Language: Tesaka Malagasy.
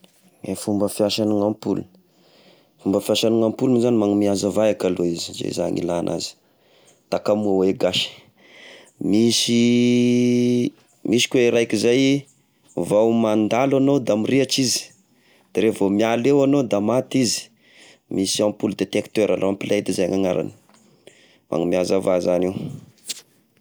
Ny fomba fiasan'ny ampola, fomba fiasan'ny ampoly zagny manome hazavà ka aloha izy, zay zagny ilagna azy, takamoa eh gasy, misy, misy ko eh raiky zay vao mandalo iagnao da mirehetry izy de revo miala eo iagnao da maty izy, misy ampoly detecteur lampe laid zay ny agnaragny, magnome hazavà zagny io.